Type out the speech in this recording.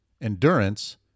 endurance